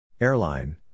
Airline